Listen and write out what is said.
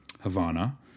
havana